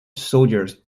soldiers